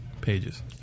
pages